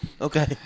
Okay